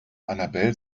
annabel